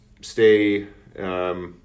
stay